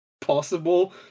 possible